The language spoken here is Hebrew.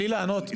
בלי לענות,